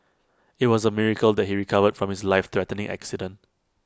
IT was A miracle that he recovered from his lifethreatening accident